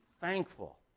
thankful